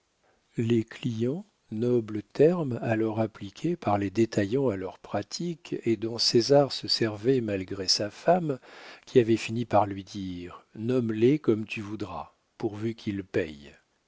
les clients noble terme alors appliqué par les détaillants à leurs pratiques et dont césar se servait malgré sa femme qui avait fini par lui dire nomme les comme tu voudras pourvu qu'ils paient